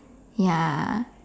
ya